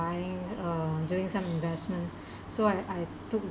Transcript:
buying um doing some investment so I I took